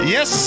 Yes